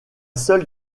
seul